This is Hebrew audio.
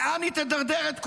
לאן היא תדרדר את כולנו?